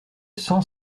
cent